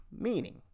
Meaning